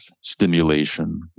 stimulation